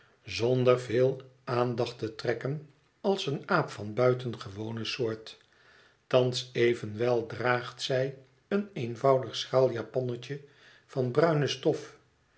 zonder veel aandacht te trekken als een aap van buitengewone soort thans evenwel dx'aagt zij een eenvoudig schraal japonnetje van bruine stof